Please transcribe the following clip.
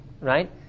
right